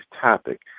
topic